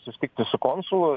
susitikti su konsulu